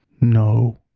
No